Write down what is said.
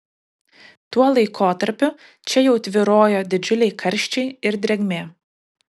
tuo laikotarpiu čia jau tvyrojo didžiuliai karščiai ir drėgmė